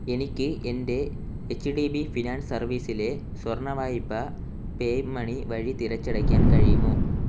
എനിക്ക് എൻ്റെ H D B finance സർവീസിലെ സ്വർണ വായ്പ പേ മണി വഴി തിരച്ചടയ്ക്കാൻ കഴിയുമോ